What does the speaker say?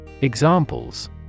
Examples